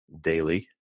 daily